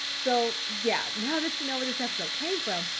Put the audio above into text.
so yeah. now that you know where this episode came from,